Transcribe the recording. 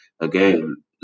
again